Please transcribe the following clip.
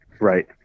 Right